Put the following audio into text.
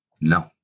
No